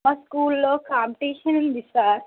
మా స్కూల్లో కాంపిటీషన్ ఉంది సార్